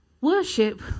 Worship